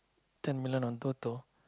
ten million on Toto